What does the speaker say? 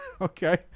Okay